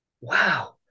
Wow